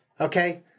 okay